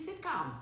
sitcom